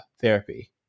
therapy